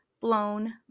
blown